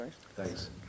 Thanks